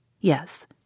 Yes